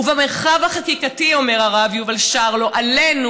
ובמרחב החקיקתי אומר הרב יובל שרלו עלינו,